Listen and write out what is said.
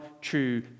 true